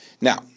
Now